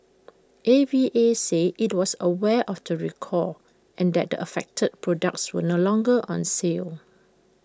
A V A said IT was aware of the recall and that the affected products were no longer on sale